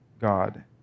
God